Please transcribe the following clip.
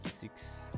six